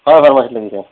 হয় ফাৰ্মাচীত লাগিছে